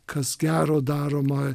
kas gero daroma